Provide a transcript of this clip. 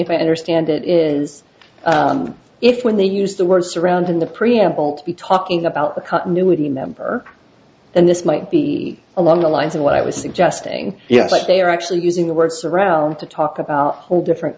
if i understand it is if when they used the words around in the preamble to be talking about the continuity member and this might be along the lines of what i was suggesting yes they are actually using the words around to talk about whole different